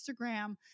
Instagram